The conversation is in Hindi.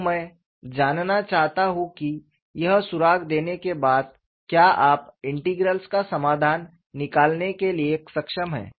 तो मैं जानना चाहता हूं कि यह सुराग देने के बाद क्या आप इंटीग्रल का समाधान निकालने के लिए सक्षम हैं